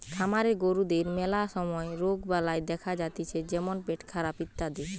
খামারের গরুদের ম্যালা সময় রোগবালাই দেখা যাতিছে যেমন পেটখারাপ ইত্যাদি